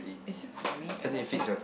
is it for me as I take